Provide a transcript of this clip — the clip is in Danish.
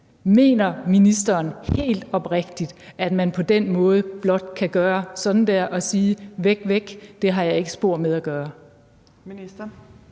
Mener ministeren helt oprigtigt, at man på den måde blot kan børste det væk og sige: Væk med det, det har jeg ikke spor med at gøre?